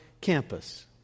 campus